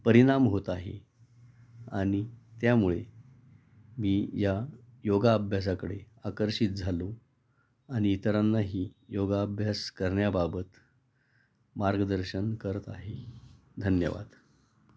परिणाम होत आहे आणि त्यामुळे मी या योग अभ्यासाकडे आकर्षित झालो आणि इतरांनाही योग अभ्यास करण्याबाबत मार्गदर्शन करत आहे धन्यवाद